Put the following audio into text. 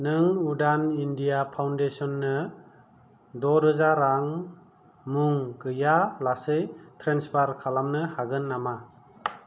नों उडान इण्डिया फाउन्डेसननो द' रोजा रां मुं गैयालासै ट्रेन्सफार खालामनो हागोन नामा